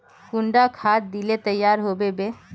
कुंडा खाद दिले तैयार होबे बे?